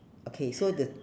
okay so the